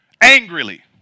angrily